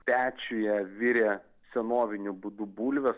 pečiuje virė senoviniu būdu bulves